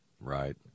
Right